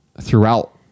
throughout